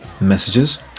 messages